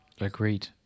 Agreed